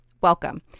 Welcome